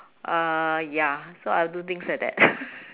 uh ya so I'll do things like that